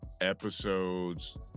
episodes